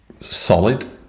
solid